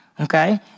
Okay